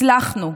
הצלחנו.